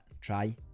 try